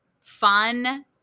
fun